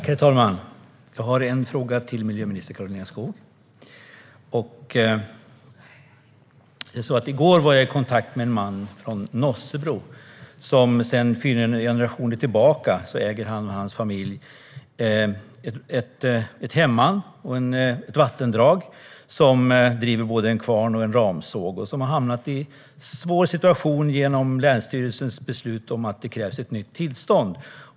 Herr talman! Jag har en fråga till miljöminister Karolina Skog. I går var jag i kontakt med en man från Nossebro. Sedan fyra generationer tillbaka äger han och hans familj ett hemman och ett vattendrag, som driver både en kvarn och en ramsåg. De har hamnat i en svår situation på grund av länsstyrelsens beslut om att det krävs ett nytt tillstånd.